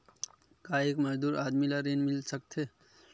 का एक मजदूर आदमी ल ऋण मिल सकथे?